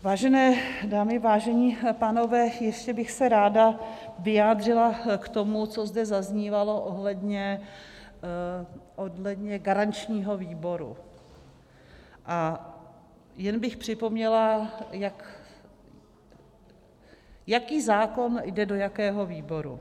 Vážené dámy, vážení pánové, ještě bych se ráda vyjádřila k tomu, co zde zaznívalo ohledně garančního výboru, a jen bych připomněla, jaký zákon jde do jakého výboru.